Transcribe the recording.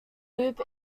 loop